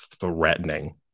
threatening